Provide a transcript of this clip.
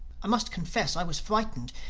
i must confess i was frightened.